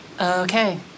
Okay